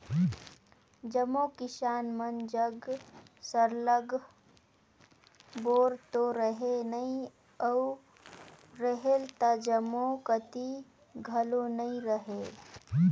जम्मो किसान मन जग सरलग बोर तो रहें नई अउ रहेल त जम्मो कती घलो नी रहे